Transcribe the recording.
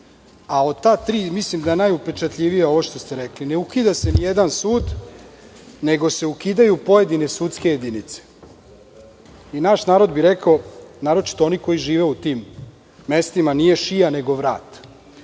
a od ta tri mislim da je najupečatljivije ovo što ste rekli – ne ukida se nijedan sud, nego se ukidaju pojedine sudske jedinice. Naš narod bi rekao, naročito oni koji žive u tim mestima, nije šija, nego vrat. Ali,